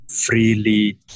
freely